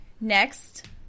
Next